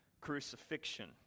crucifixion